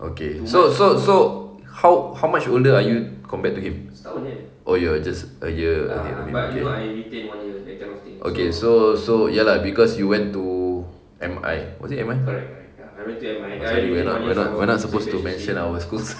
okay so so so how how much older are you compared to him oh you're just a year okay okay okay so so ya lah cause you went to M_I was it M_I sorry we're not we're not we're not supposed to mention our schools